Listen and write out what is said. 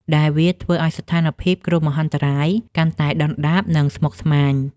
ដែលធ្វើឱ្យស្ថានភាពគ្រោះមហន្តរាយកាន់តែដុនដាប និងស្មុគស្មាញ។